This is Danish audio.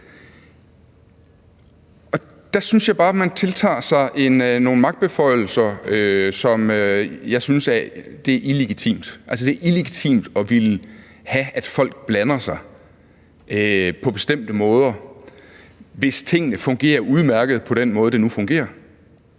Der synes jeg bare, at man tiltager sig nogle magtbeføjelser, som jeg synes er illegitime. Altså, det er illegitimt at ville have, at folk blander sig på bestemte måder, hvis tingene fungerer udmærket på den måde, det nu fungerer